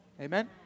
Amen